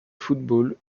football